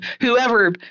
whoever